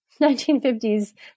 1950s